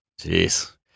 Jeez